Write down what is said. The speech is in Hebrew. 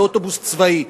באוטובוס צבאי.